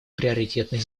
приоритетной